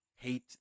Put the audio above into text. hate